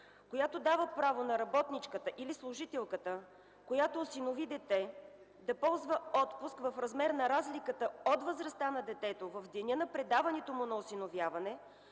която дава право на работничката или служителката, осиновила дете да ползва отпуск в размер на разликата от възрастта на детето в деня на предаването му за осиновяване